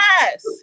Yes